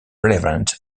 relevant